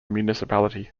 municipality